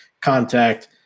contact